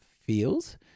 feels